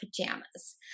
pajamas